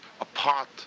apart